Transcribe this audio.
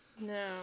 No